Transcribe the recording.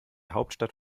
hauptstadt